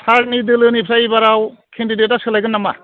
सारनि दोलोनिफ्राय एबाराव केन्डिदेटआ सोलायगोन नामा